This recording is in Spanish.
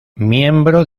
miembro